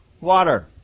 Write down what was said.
water